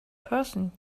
person